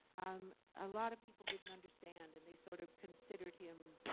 um a lot of people didn't understand. and they sort of considered him